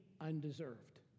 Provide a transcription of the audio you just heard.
undeserved